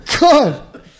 God